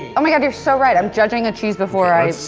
oh my god, you're so right. i'm judging a cheese before i so